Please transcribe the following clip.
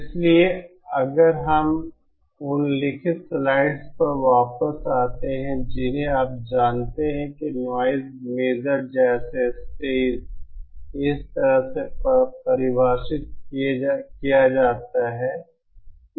इसलिए अगर हम उन लिखित स्लाइड्स पर वापस आते हैं जिन्हें आप जानते हैं कि नॉइज़ मेजर जैसे स्टेज इस तरह से परिभाषित किया जाता है